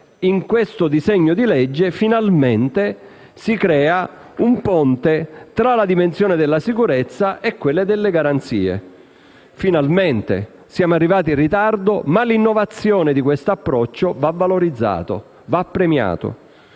In questo disegno di legge, finalmente, si crea un ponte tra la dimensione della sicurezza e quella delle garanzie. E ripeto finalmente: siamo arrivati in ritardo, ma l'innovazione di questo approccio deve essere valorizzata e premiata.